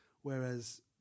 Whereas